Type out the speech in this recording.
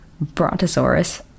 brontosaurus